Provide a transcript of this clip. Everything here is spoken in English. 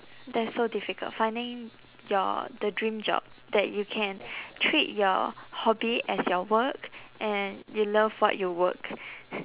that's so difficult finding your the dream job that you can treat your hobby as your work and you love what you work